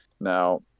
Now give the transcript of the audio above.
Now